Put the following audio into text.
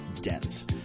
dense